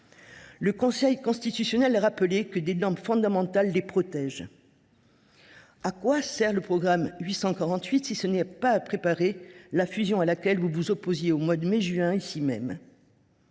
Le Conseil constitutionnel a rappelé que des normes fondamentales les protègent. À quoi sert le programme 848, si ce n’est à préparer la fusion à laquelle vous vous opposiez, ici même,